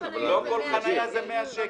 לא כל דוח חניה זה 100 שקל.